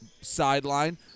sideline